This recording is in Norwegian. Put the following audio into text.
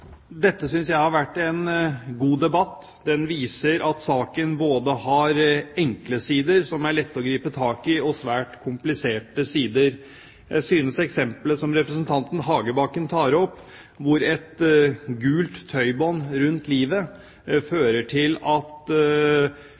både enkle sider som er lette å gripe tak i, og svært kompliserte sider. Jeg synes eksempelet som representanten Hagebakken tar opp, at helsepersonell som ikke bør forstyrres, får et gult bånd rundt livet, fører til at